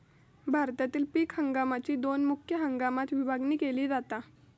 भारतातील पीक हंगामाकची दोन मुख्य हंगामात विभागणी केली जाता